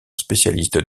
spécialiste